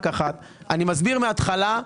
אני מסביר מהתחלה.